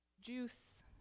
juice